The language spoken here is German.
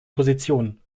positionen